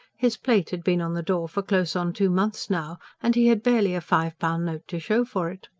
his plate had been on the door for close on two months now, and he had barely a five-pound note to show for it.